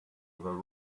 over